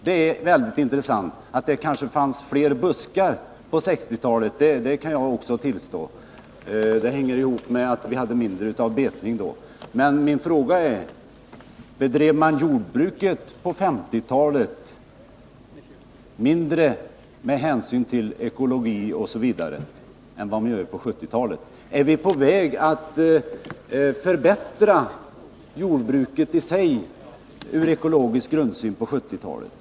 Det faktum att det kanske fanns fler buskar under 1960-talet hänger förmodligen ihop med att vi hade mindre betning då. Men min fråga är: Bedrev man under 1950-talet jordbruk med mindre hänsyn till ekologi osv. än vad man gjort under 1970-talet?